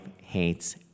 hates